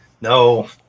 No